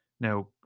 Now